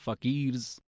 fakirs